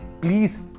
please